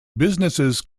businesses